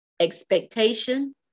Expectation